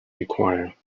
require